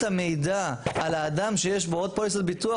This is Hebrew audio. המידע על האדם שיש לו עוד פוליסת ביטוח,